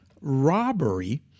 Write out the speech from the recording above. robbery